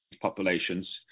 populations